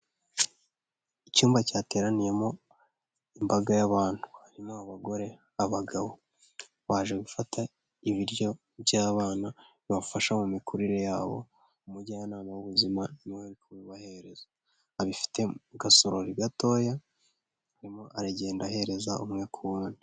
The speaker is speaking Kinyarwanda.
Icyumba cyateraniyemo imbaga y'abantu harimo abagore, abagabo baje gufata ibiryo by'abana bibafasha mu mikurire yabo. Umujyanama w'ubuzima ni we ubibahereza, abifite mu gasorori gatoya, arimo aragenda ahereza umwe ku wundi.